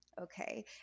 okay